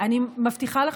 אני מבטיחה לך,